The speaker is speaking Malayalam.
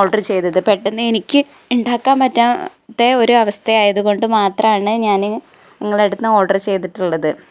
ഓഡ്റ് ചെയ്തത് പെട്ടെന്ന് എനിക്ക് ഉണ്ടാക്കാൻ പറ്റാത്ത ഒരു അവസ്ഥ ആയത് കൊണ്ട് മാത്രമാണ് ഞാൻ നിങ്ങളുടെ ഓഡ്റ് ചെയ്തിട്ടുള്ളത്